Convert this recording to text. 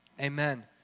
amen